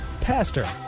Pastor